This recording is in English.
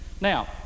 Now